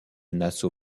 nassau